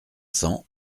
cents